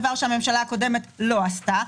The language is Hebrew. דבר שהממשלה הקודמת לא עשתה.